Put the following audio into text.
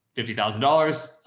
fifty thousand dollars,